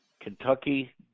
Kentucky